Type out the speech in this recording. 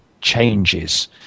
changes